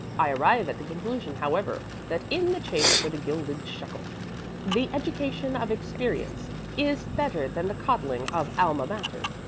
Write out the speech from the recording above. i arrive at the conclusion, however, that in the chase for the gilded shekel the education of experience is better than the coddling of alma mater.